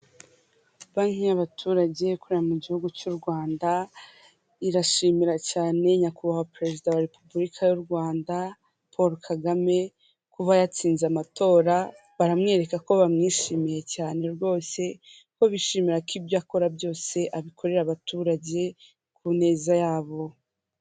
Iki ni igikoresho kifashishwa mu kuzimya umuriro igihe uteye mu buryo butunguranye gifite amabara y'umutuku impande zose, ndetse n'umunwa w'umukara, nawe nakugira inama yo kukigura ukagitunga iwawe.